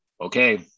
Okay